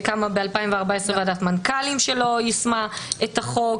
ב-2014 קמה ועדת מנכ"לים שלא יישמה את החוק.